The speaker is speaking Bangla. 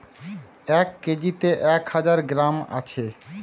এক কেজিতে এক হাজার গ্রাম আছে